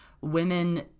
women